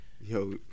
yo